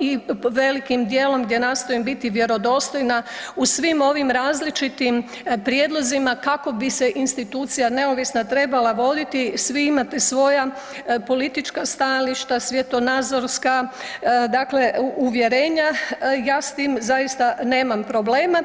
i velikim dijelom gdje nastojim biti vjerodostojna u svim ovim različitim prijedlozima kako bi se institucija neovisna trebala voditi, svi imate svoja politička stajališta, svjetonazorska, dakle uvjerenja, ja s tim zaista nemam problema.